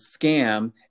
scam